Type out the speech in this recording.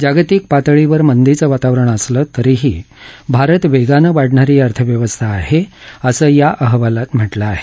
जागतिक स्तरावर मंदीचं वातावरण असलं तरीही भारत वेगानं वाढणारी अर्थव्यवस्था आहे असं या अहवालात म्हटलं आहे